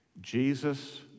Jesus